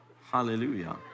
Hallelujah